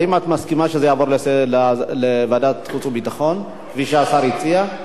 האם את מסכימה שזה יעבור לוועדת החוץ והביטחון כמו שהשר הציע?